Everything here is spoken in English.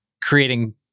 creating